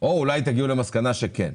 או שאולי תגיעו למסקנה שכן.